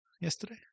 yesterday